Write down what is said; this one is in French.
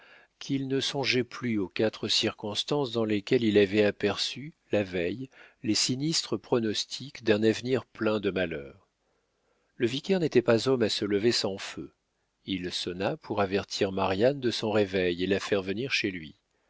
qu'il ne songeait plus aux quatre circonstances dans lesquelles il avait aperçu la veille les sinistres pronostics d'un avenir plein de malheurs le vicaire n'était pas homme à se lever sans feu il sonna pour avertir marianne de son réveil et la faire venir chez lui